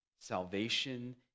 Salvation